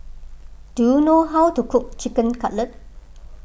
do you know how to cook Chicken Cutlet